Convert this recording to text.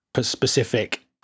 specific